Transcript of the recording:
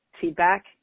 feedback